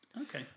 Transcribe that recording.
Okay